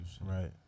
Right